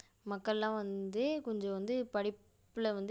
மக்கள்லாம் வந்து கொஞ்சம் வந்து படிப்பில் வந்து